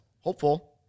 hopeful